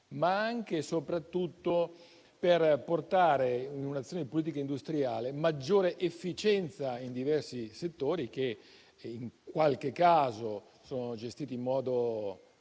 anche e soprattutto a portare in un'azione politica industriale maggiore efficienza in diversi settori che, in qualche caso, sono gestiti in modo efficiente